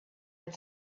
had